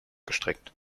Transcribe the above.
gestrickt